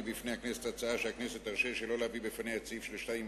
לפני הכנסת את הצעתה שהכנסת תרשה שלא להביא לפניה את סעיף 32